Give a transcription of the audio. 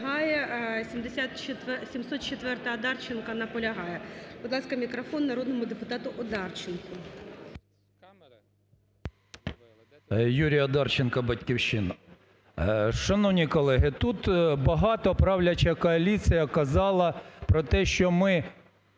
народному депутату Одарченку.